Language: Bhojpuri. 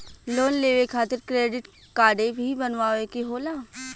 लोन लेवे खातिर क्रेडिट काडे भी बनवावे के होला?